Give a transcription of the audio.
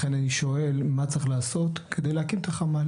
לכן אני שואל, מה צריך לעשות כדי להקים את החמ"ל?